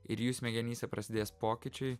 ir jų smegenyse prasidės pokyčiai